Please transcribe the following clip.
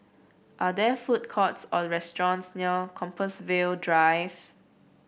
are there food courts or restaurants near Compassvale Drive